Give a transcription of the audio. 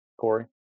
Corey